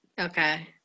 Okay